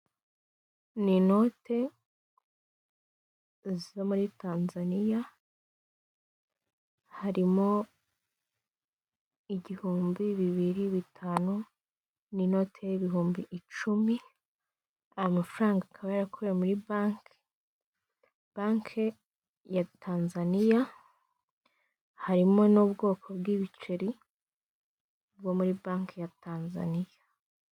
Ni inote zo muri Tanzaniya harimo igihumbi, bibiri, bitanu n'inote ibihumbi icumi aya mafaranga akaba yarakorewe muri banki, banki ya Tanzaniya, harimo n'ubwoko bw'ibiceri bwo muri banki ya Tanzaniya.